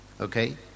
Okay